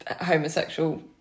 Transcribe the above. homosexual